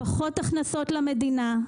פחות הכנסות למדינה,